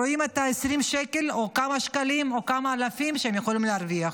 רואים את ה-20 שקל או כמה שקלים או כמה אלפים שהם יכולים להרוויח.